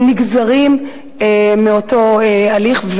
נגזרים מאותו הליך.